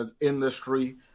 industry